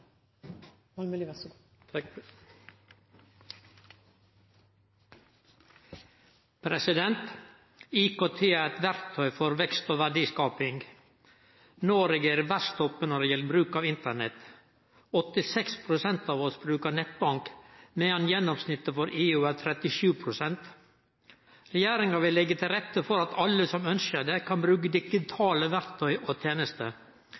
det er så mye upløyd mark. Og det er, som sagt, underlig at vi i Norge i dag sender røntgenbilder med drosje i Oslo. IKT er eit verktøy for vekst og verdiskaping. Noreg er i verdstoppen når det gjeld bruk av Internett. 86 pst. av oss brukar nettbank, medan gjennomsnittet for EU er 37 pst. Regjeringa vil leggje til rette for at